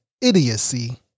idiocy